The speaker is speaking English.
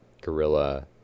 gorilla